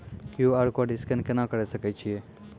QR code scan केना करै सकय छियै?